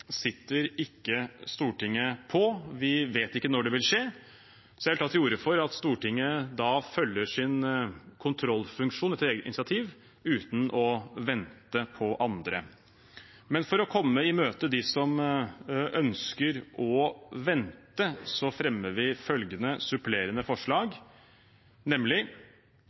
sitter ikke Stortinget på. Vi vet ikke når det vil skje, så jeg fremmer forslag om at Stortinget da følger sin kontrollfunksjon etter eget initiativ uten å vente på andre. Men for å komme i møte dem som ønsker å vente, fremmer vi følgende supplerende forslag, nemlig: